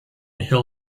hill